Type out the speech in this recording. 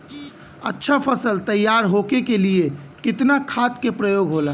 अच्छा फसल तैयार होके के लिए कितना खाद के प्रयोग होला?